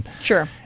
Sure